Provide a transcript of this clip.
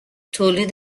تولید